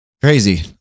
crazy